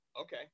Okay